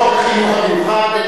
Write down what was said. לא חוק חינוך מיוחד,